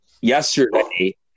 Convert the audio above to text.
yesterday